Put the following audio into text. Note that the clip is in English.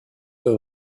her